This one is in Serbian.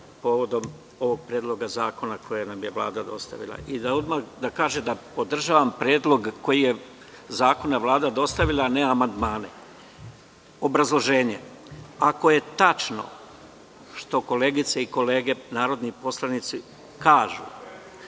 povodom ovog Predloga zakona koji nam je Vlada dostavila. Odmah da kažem da podržavam Predlog zakona koji nam je Vlada dostavila, a ne amandmane. Obrazloženje, ako je tačno što koleginice i kolege narodni poslanici kažu